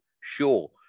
Sure